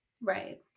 Right